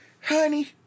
honey